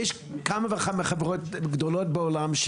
יש כמה וכמה חברות גדולות בעולם,